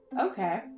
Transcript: Okay